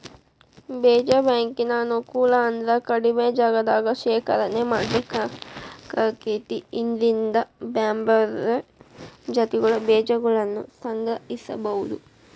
ಬೇಜ ಬ್ಯಾಂಕಿನ ಅನುಕೂಲ ಅಂದ್ರ ಕಡಿಮಿ ಜಗದಾಗ ಶೇಖರಣೆ ಮಾಡ್ಬೇಕಾಕೇತಿ ಇದ್ರಿಂದ ಬ್ಯಾರ್ಬ್ಯಾರೇ ಜಾತಿಗಳ ಬೇಜಗಳನ್ನುಸಂಗ್ರಹಿಸಬೋದು